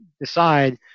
decide